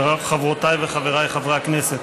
חברותיי וחבריי חברי הכנסת,